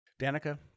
Danica